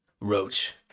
Roach